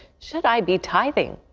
should i be tithing?